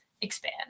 expand